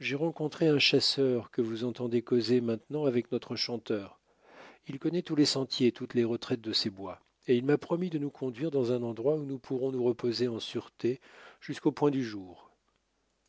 j'ai rencontré un chasseur que vous entendez causer maintenant avec notre chanteur il connaît tous les sentiers et toutes les retraites de ces bois et il m'a promis de nous conduire dans un endroit où nous pourrons nous reposer en sûreté jusqu'au point du jour